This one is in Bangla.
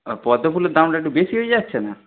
আর পদ্মগুলের দামটা একটু বেশি হয়ে যাচ্ছে না